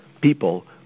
People